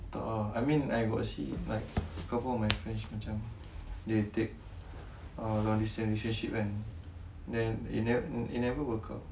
tak ah I mean I got see like couple of my friends macam they take uh long distance relationship kan then it never work out